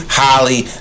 holly